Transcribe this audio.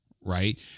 right